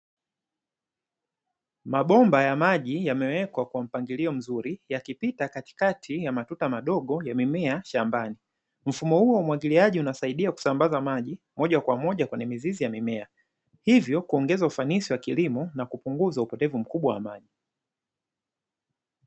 Mabomba ya maji yamewekwa kwa mpangilio mzuri, yakipita katikati ya matuta madogo ya mimea shambani. Mfumo huu wa umwagiliaji unasaidia kusambaza maji moja kwa moja kwenye mizizi ya mimea, hivyo kuongeza ufanisi wa kilimo na kupunguza upotevu mkubwa wa maji.